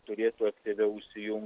turėtų aktyviau įsijungt